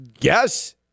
Yes